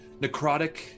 necrotic